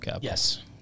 Yes